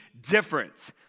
different